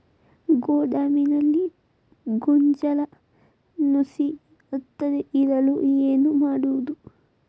ಗೋದಾಮಿನಲ್ಲಿ ಗೋಂಜಾಳ ನುಸಿ ಹತ್ತದೇ ಇರಲು ಏನು ಮಾಡುವುದು?